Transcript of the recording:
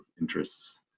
interests